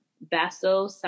Basso